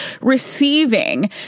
receiving